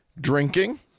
drinking